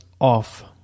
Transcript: off